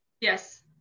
Yes